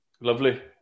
Lovely